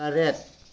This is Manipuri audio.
ꯇꯔꯦꯠ